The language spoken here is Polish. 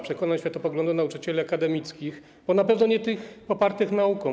Przekonań, światopoglądu nauczycieli akademickich, bo na pewno nie tych popartych nauką.